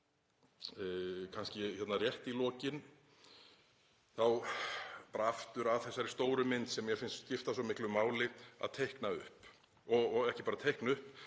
Kannski hérna rétt í lokin þá bara aftur að þessari stóru mynd sem mér finnst skipta svo miklu máli að teikna upp — og ekki bara teikna upp,